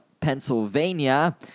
Pennsylvania